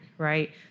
right